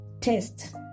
test